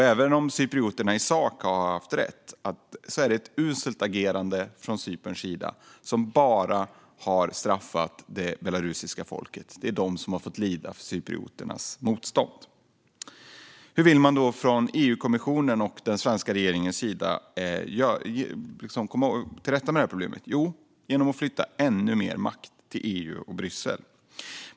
Även om cyprioterna hade rätt i sak var det ett uselt agerande från Cyperns sida som enbart har straffat det belarusiska folket. Det är de som har fått lida för cyprioternas motstånd. Hur vill man då komma till rätta med det här problemet från EU-kommissionens och den svenska regeringens sida? Jo, genom att flytta ännu mer makt till EU och Bryssel.